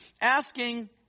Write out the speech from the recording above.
asking